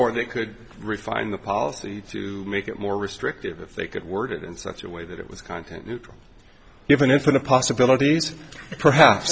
or they could refine the policy to make it more restrictive if they could worded in such a way that it was content neutral given infinite possibilities perhaps